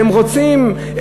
שהם רוצים,